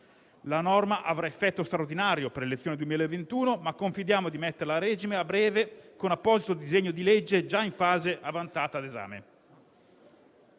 La norma avrà effetto straordinario per le elezioni 2021, ma confidiamo di metterla a regime a breve con apposito disegno di legge già in fase avanzata di esame.